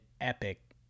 epic